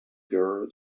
girl